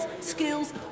skills